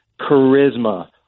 charisma